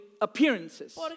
appearances